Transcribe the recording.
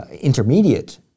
intermediate